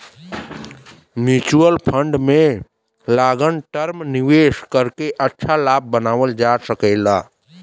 mutual fund में long term निवेश करके अच्छा लाभ बनावल जा सकला